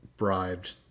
bribed